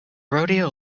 rodeo